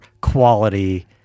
quality